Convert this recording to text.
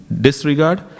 disregard